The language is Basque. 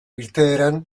irteeran